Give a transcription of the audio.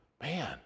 Man